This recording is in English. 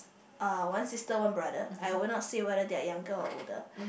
uh one sister one brother I will not say whether they are younger or older